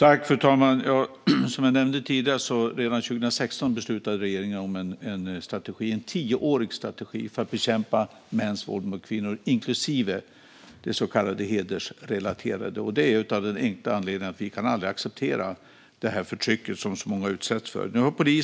Fru talman! Som jag nämnde tidigare beslutade regeringen redan 2016 om en tioårig strategi för att bekämpa mäns våld mot kvinnor, inklusive det så kallade hedersrelaterade våldet. Det gjorde vi av den enkla anledningen att vi aldrig kan acceptera det förtryck som så många utsätts för.